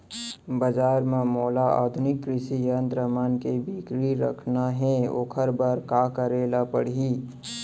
बजार म मोला आधुनिक कृषि यंत्र मन के बिक्री करना हे ओखर बर का करे ल पड़ही?